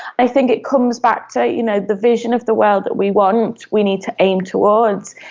i think it comes back to you know the vision of the world that we want, we need to aim towards.